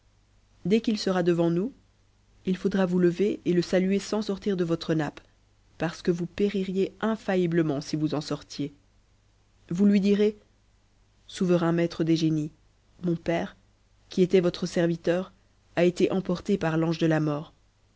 dès qu'il sera devant nous il faudra vous lever et le saluer sans sortir de votre nappe parce que vous péririez infaittibtement si vous en sortiez vous lui direz souverain maitre des génies mon père qui était votre serviteur a été emporte par l'ange de la mort